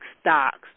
stocks